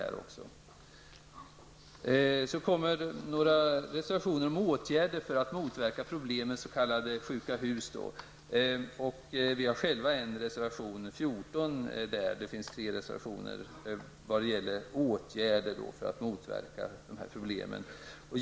Härefter följer några reservationer om åtgärder för att motverka problem med s.k. sjuka hus. Det finns tre reservationer om åtgärder för att motverka dessa problem och vår reservation har nr 14.